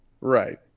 Right